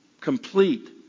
complete